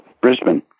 Brisbane